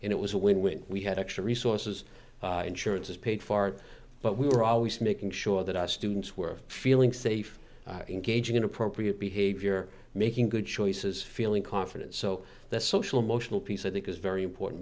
and it was a win when we had extra resources insurance is paid for but we were always making sure that our students were feeling safe engaging in appropriate behavior making good choices feeling confident so that social emotional piece i think is very important